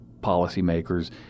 policymakers